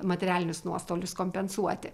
materialinius nuostolius kompensuoti